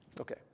Okay